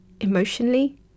emotionally